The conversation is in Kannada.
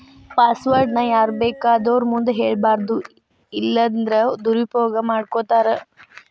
ಪಾಸ್ವರ್ಡ್ ನ ಯಾರ್ಬೇಕಾದೊರ್ ಮುಂದ ಹೆಳ್ಬಾರದು ಇಲ್ಲನ್ದ್ರ ದುರುಪಯೊಗ ಮಾಡ್ಕೊತಾರ